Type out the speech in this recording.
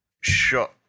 shot